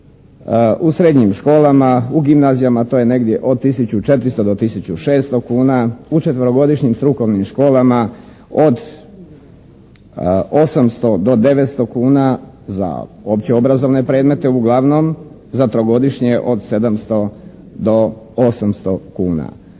U srednjim školama, u gimnazijama to je negdje od 1400 do 1600 kuna. U četverogodišnjim strukovnim školama od 800 do 900 kuna za opće obrazovne predmete. Uglavnom, za trogodišnje od 700 do 800 kuna.